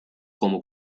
como